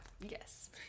Yes